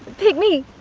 pick me.